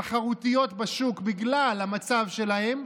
תחרותיות בשוק, בגלל המצב שלהם,